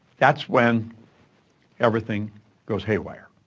that's when everything goes haywire.